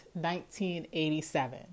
1987